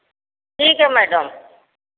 ठीक है मैडम